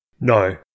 No